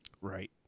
Right